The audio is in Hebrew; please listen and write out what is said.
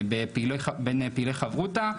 בין פעילי חברותא,